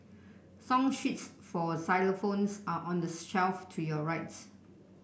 song sheets for xylophones are on the shelf to your right